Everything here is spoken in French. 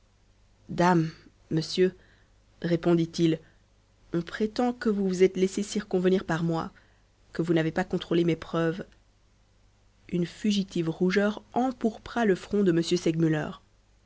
dam monsieur répondit-il on prétend que vous vous êtes laissé circonvenir par moi que vous n'avez pas contrôlé mes preuves une fugitive rougeur empourpra le front de m segmuller